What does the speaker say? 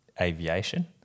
aviation